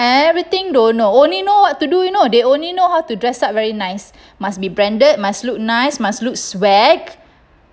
everything don't know only know what to do you know they only know how to dress up very nice must be branded must look nice must look swag